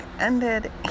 ended